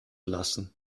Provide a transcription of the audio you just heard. lassen